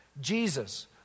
Jesus